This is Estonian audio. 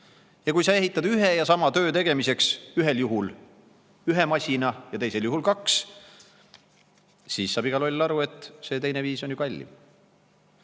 Kui sa ehitad ühe ja sama töö tegemiseks ühel juhul ühe masina ja teisel juhul kaks, siis saab iga loll aru, et see teine viis on ju kallim.